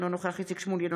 אינו נוכח איציק שמולי,